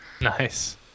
Nice